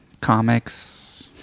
Comics